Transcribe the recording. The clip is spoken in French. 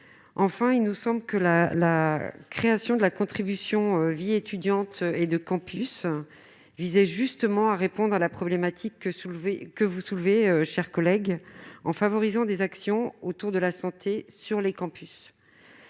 Enfin, la création de la contribution de vie étudiante et de campus visait justement à répondre à la problématique que vous soulevez, en favorisant des actions autour de la santé sur les campus.